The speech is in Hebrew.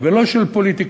ולא של פוליטיקאים